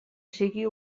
sigui